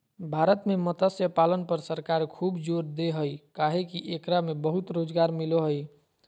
भारत में मत्स्य पालन पर सरकार खूब जोर दे हई काहे कि एकरा से बहुत रोज़गार मिलो हई